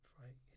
right